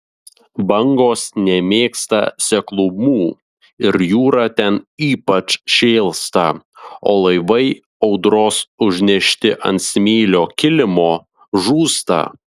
bangos nemėgsta seklumų ir jūra ten ypač šėlsta o laivai audros užnešti ant smėlio kilimo žūsta